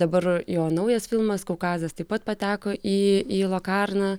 dabar jo naujas filmas kaukazas taip pat pateko į į lokarną